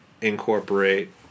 incorporate